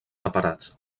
separats